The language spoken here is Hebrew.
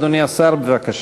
אדוני השר, בבקשה.